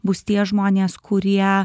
bus tie žmonės kurie